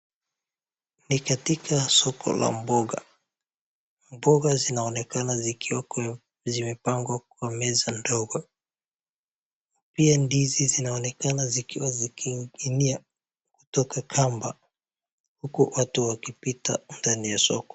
Ni katika soko la mboga, mboga zinaonekana zikiwa zimepangwa kwa meza ndogo. Pia ndizi zinaonekana zikiwa zikining'inia kutoka kamba huku watu wakipita ndani ya soko.